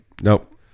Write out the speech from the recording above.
Nope